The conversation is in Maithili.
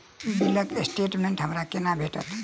बिलक स्टेटमेंट हमरा केना भेटत?